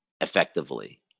effectively